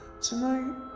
tonight